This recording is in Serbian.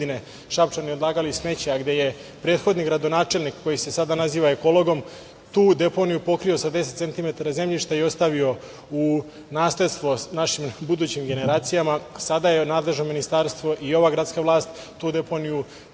Šapčani odlagali smeće, a gde je prethodni gradonačelnik koji se sada naziva ekologom, tu deponiju pokrio sa 10 centimetara zemljišta i ostavio u nasledstvo našim budućim generacijama. Sada je nadležno ministarstvo i ova gradska vlast tu deponiju potpuno